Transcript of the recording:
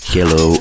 Hello